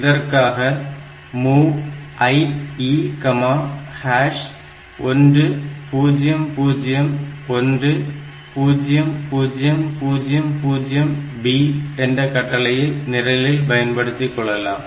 இதற்காக MOV IE10010000 B என்ற கட்டளையை நிரலில் பயன்படுத்திக் கொள்ளலாம்